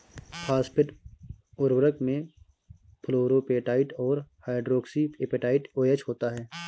phosphate उर्वरक में fluorapatite और हाइड्रोक्सी एपेटाइट ओएच होता है